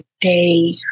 day